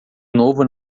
novo